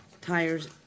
tires